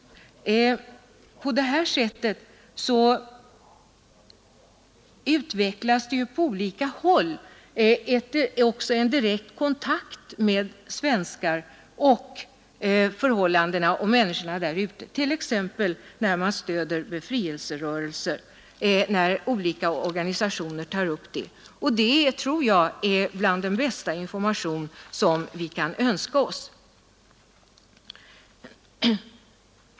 När exempelvis olika organisationer stöder befrielserörelser utvecklas också på olika håll en direkt kontakt mellan svenskar och människor ute i berörda u-länder, vilket även ger kunskap om förhållandena där. Jag tror att det är bland den bästa information vi kan önska oss.